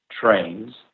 trains